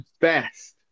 best